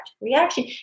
reaction